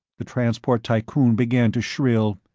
the transport tycoon began to shrill.